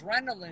adrenaline